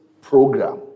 program